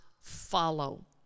follow